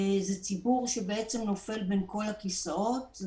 זה ציבור שבעצם נופל בין כל הכיסאות.